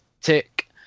Tick